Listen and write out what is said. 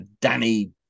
Danny